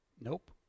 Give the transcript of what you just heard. Nope